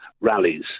rallies